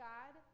God